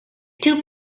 two